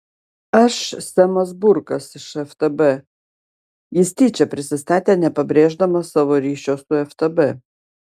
aš semas burkas iš ftb jis tyčia prisistatė nepabrėždamas savo ryšio su ftb